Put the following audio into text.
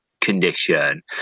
condition